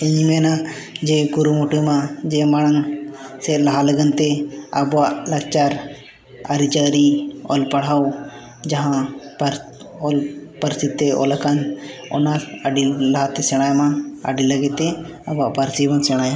ᱤᱧ ᱢᱮᱱᱟ ᱡᱮ ᱠᱩᱨᱩᱢᱩᱴᱩᱭ ᱢᱟ ᱡᱮ ᱢᱟᱲᱟᱝ ᱥᱮᱫ ᱞᱟᱦᱟ ᱞᱟᱹᱜᱤᱫᱛᱮ ᱟᱵᱚᱣᱟᱜ ᱞᱟᱠᱪᱟᱨ ᱟᱹᱨᱤᱪᱟᱹᱞᱤ ᱚᱞᱼᱯᱟᱲᱦᱟᱣ ᱡᱟᱦᱟᱸ ᱚᱞ ᱯᱟᱹᱨᱥᱤ ᱛᱮ ᱚᱞ ᱟᱠᱟᱱ ᱚᱱᱟ ᱟᱹᱰᱤ ᱞᱟᱦᱟᱛᱮ ᱥᱮᱬᱟᱭ ᱢᱟ ᱟᱹᱰᱤ ᱞᱟᱹᱜᱤᱫ ᱛᱮ ᱟᱵᱚᱣᱟᱜ ᱯᱟᱹᱨᱥᱤ ᱵᱚᱱ ᱥᱮᱬᱟᱭᱟ